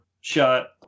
shot